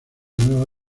nueva